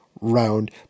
round